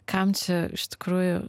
kam čia iš tikrųjų